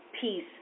peace